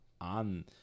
on